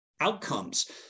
outcomes